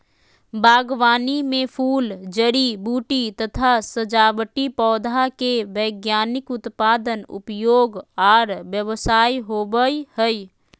बागवानी मे फूल, जड़ी बूटी तथा सजावटी पौधा के वैज्ञानिक उत्पादन, उपयोग आर व्यवसाय होवई हई